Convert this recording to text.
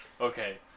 Okay